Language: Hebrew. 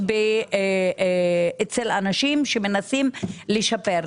ואצל אנשים שמנסים לשפר.